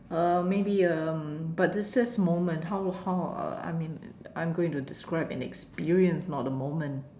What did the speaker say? uh maybe um but this says moment how how uh I mean I'm going to describe in a experience not a moment